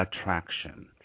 Attraction